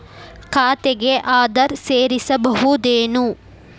ಖಾತೆಗೆ ಆಧಾರ್ ಸೇರಿಸಬಹುದೇನೂ?